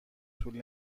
طول